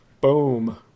Boom